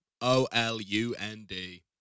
O-L-U-N-D